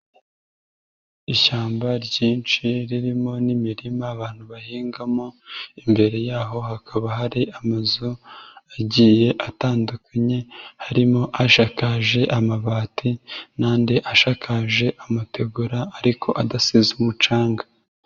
Ishyamba ryinshi ririmo n'imirima abantu bahingamo, imbere y'aho hakaba hari amazu agiye atandukanye, harimo ashakaje amabati n'andi ashakaje amategura ariko adasize umucanga.